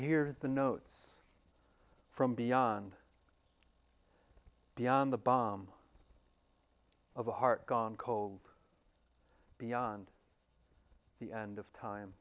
hear the notes from beyond beyond the bomb of a heart gone cold beyond the end of time